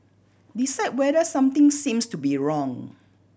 decide whether something seems to be wrong